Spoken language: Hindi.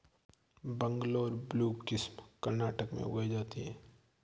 बंगलौर ब्लू किस्म कर्नाटक में उगाई जाती है